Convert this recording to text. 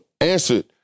answered